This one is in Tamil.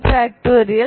2nn